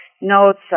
notes